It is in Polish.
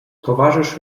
towarzysz